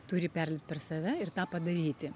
turi perlipt per save ir tą padaryti